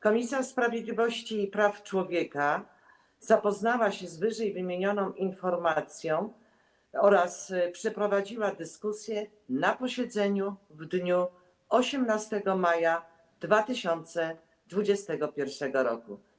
Komisja Sprawiedliwości i Praw Człowieka zapoznała się z ww. informacją oraz przeprowadziła dyskusję na posiedzeniu w dniu 18 maja 2021 r.